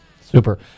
Super